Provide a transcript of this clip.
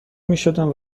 میشدم